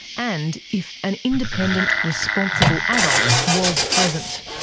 and if an independent responsible adult was present.